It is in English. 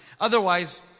Otherwise